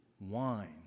wine